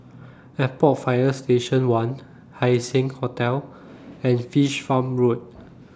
Airport Fire Station one Haising Hotel and Fish Farm Road